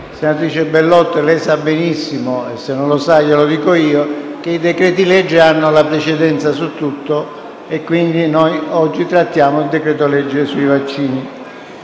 Senatrice Bellot, lei sa benissimo, e se non lo sa glielo dico io, che i decreti-legge hanno la precedenza su tutto. Pertanto, noi oggi esamineremo il decreto-legge sui vaccini.